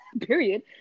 Period